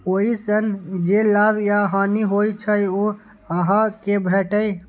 ओइ सं जे लाभ या हानि होइ छै, ओ अहां कें भेटैए